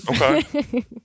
Okay